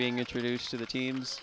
being introduced to the team